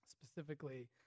specifically